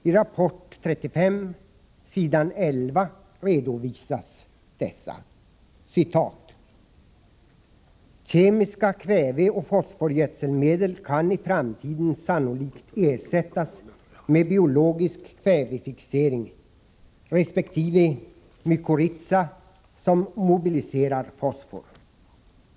I rapport 35 på s. 11 redovisas dessa: Kemiska kväveoch fosforgödselmedel kan i framtiden sannolikt ersättas med biologisk kvävefixering och mykorrhiza som mobiliserar fosfor.